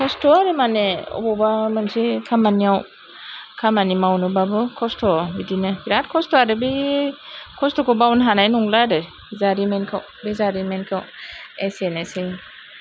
खस्थ' मानि अबावबा मोनसे खामानियाव खामानि मावनो बाबो खस्थ' बिदिनो बिराथ खस्थ' आरो बे खस्थ'खौ बावनो हानाय नंला आरो जारिमिनखौ बे जारिमिनखौ एसेनोसै